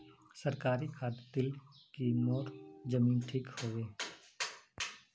सरकारी खाद दिल की मोर जमीन ठीक होबे?